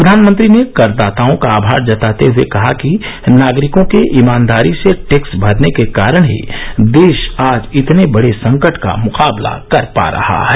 प्रधानमंत्री ने करदाताओं का आभार जताते हुए कहा कि नागरिकों के ईमानदारी से टैक्स भरने के कारण ही देश आज इतने बडे संकट का मुकाबला कर पा रहा है